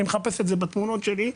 אני מחפש את זה בפעולות שלי,